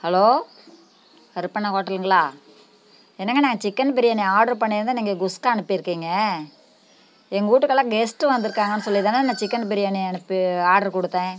hello Karuppannan ஹோட்டலுங்களா என்னங்க நான் சிக்கன் பிரியாணி ஆர்டரு பண்ணியிருந்தேன் நீங்கள் குஸ்கா அனுப்பியிருக்கீங்க எங்கள் வீட்டுக்கெல்லாம் கெஸ்ட் வந்திருக்காங்கன்னு சொல்லிதானே நான் சிக்கன் பிரியாணி அனுப்பி ஆர்டரு கொடுத்தேன்